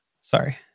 Sorry